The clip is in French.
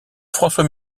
françois